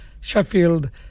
Sheffield